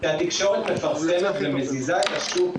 התקשורת מפרסמת ומזיזה את השוק,